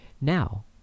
Now